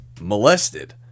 Molested